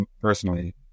personally